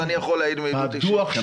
ואני יכול להעיד מעדות אישית.